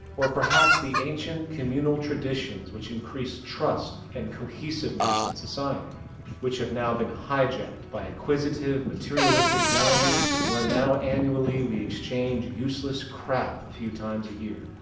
or perhaps the ancient communal traditions which increase trust and cohesiveness in society which have now been hijacked by acquisitive, materialistic values where now annually we exchange useless crap a few times a year.